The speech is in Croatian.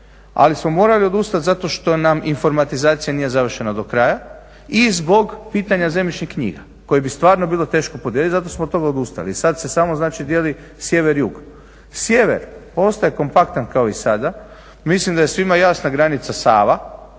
ali smo morali odustati zato što nam informatizacija nije završena do kraja i zbog pitanja zemljišnih knjiga koje bi stvarno bilo teško … zato smo od toga odustali i sad se samo znači dijeli sjever, jug. Sjever ostaje kompaktan kao i sada, mislim da je svima jasna granica sava,